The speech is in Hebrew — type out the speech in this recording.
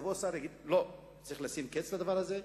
יבוא שר ויגיד שצריך לשים קץ לדבר הזה,